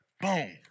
Boom